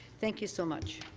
thank you so much.